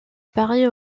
paraît